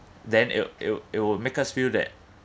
then it'll it'll it'll make us feel that